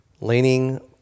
Leaning